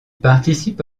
participe